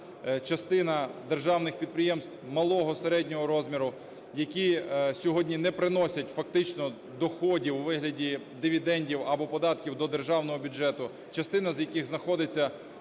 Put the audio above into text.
частина державних підприємств малого, середнього розміру, які сьогодні не приносять фактично доходів у вигляді дивідендів або податків до державного бюджету, частина з яких знаходиться